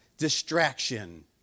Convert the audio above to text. distraction